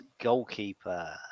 goalkeeper